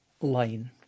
line